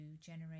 generate